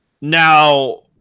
Now